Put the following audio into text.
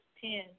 ten